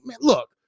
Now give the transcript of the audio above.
look